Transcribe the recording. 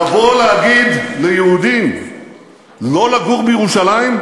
לבוא להגיד ליהודים לא לגור בירושלים?